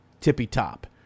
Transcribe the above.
tippy-top